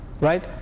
Right